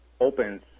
opens